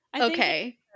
Okay